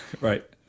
right